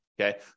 Okay